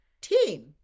team